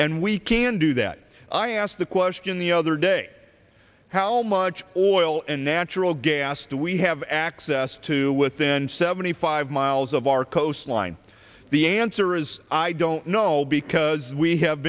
and we can do that i ask the question the other day how much oil and natural gas do we have access to within seventy five miles of our coastline the answer is i don't know because we have